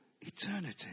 eternity